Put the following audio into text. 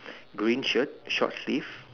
green shirt short sleeve